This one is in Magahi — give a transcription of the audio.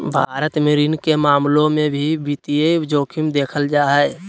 भारत मे ऋण के मामलों मे भी वित्तीय जोखिम देखल जा हय